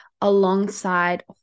alongside